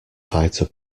fighter